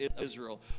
Israel